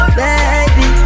baby